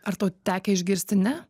ar tau tekę išgirsti ne